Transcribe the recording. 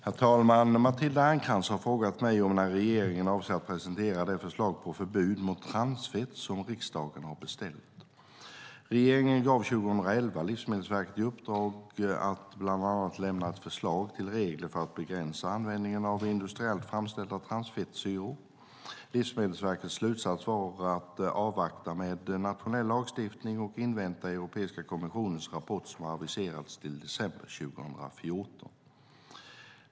Herr talman! Matilda Ernkrans har frågat mig om när regeringen avser att presentera det förslag på förbud mot transfett som riksdagen har beställt. Regeringen gav 2011 Livsmedelsverket i uppdrag att bland annat lämna ett förslag till regler för att begränsa användningen av industriellt framställda transfettsyror. Livsmedelsverkets slutsats var att avvakta med nationell lagstiftning och invänta Europeiska kommissionens rapport, som har aviserats till december 2014.